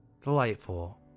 delightful